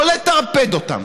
לא לטרפד אותן.